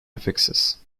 affixes